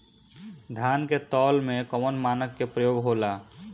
धान के तौल में कवन मानक के प्रयोग हो ला?